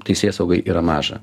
teisėsaugai yra maža